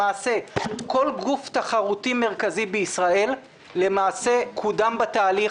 למעשה כל גוף תחרותי מרכזי בישראל קוּדם בתהליך,